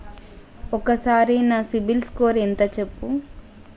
ఒక్కసారి నా CIBIL score ఎంత చెప్పు?